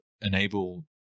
enable